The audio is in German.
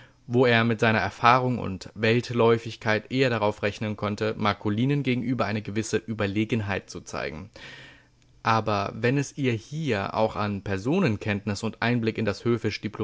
wo er mit seiner erfahrung und weltläufigkeit eher darauf rechnen konnte marcolinen gegenüber eine gewisse überlegenheit zu zeigen aber wenn es ihr hier auch an personenkenntnis und einblick in das